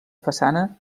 façana